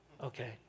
okay